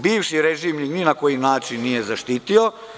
Bivši režim ih ni na koji način nije zaštitio.